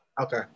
Okay